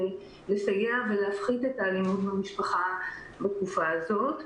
כדי לסייע ולהפחית את האלימות במשפחה בתקופה הזאת.